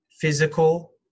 physical